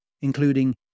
including